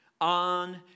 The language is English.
on